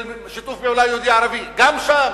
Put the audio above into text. של שיתוף פעולה יהודי-ערבי, גם שם.